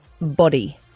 body